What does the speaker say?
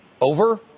over